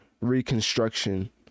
reconstruction